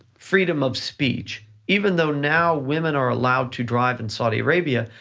freedom of speech. even though now women are allowed to drive in saudi arabia,